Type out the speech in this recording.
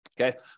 Okay